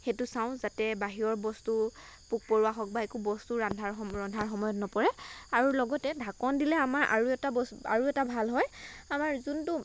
সেইটো চাওঁ যাতে বাহিৰৰ বস্তু পোক পৰুৱা হওক বা একো বস্তু ৰান্ধাৰ ৰন্ধাৰ সময়ত নপৰে আৰু লগতে ঢাকন দিলে আমাৰ আৰু এটা বস আৰু এটা ভাল হয় আমাৰ যোনটো